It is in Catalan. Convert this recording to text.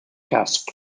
casp